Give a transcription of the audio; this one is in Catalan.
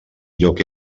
lloc